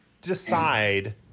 decide